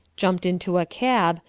jumped into a cab,